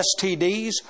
STDs